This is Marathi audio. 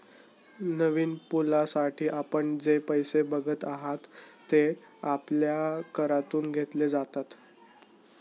नवीन पुलासाठी आपण जे पैसे बघत आहात, ते आपल्या करातून घेतले जातात